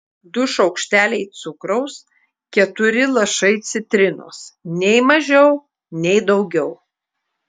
du šaukšteliai cukraus keturi lašai citrinos nei mažiau nei daugiau